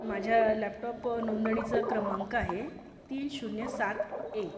माझ्या लॅपटॉप नोंदणीचं क्रमांक आहे तीन शून्य सात एक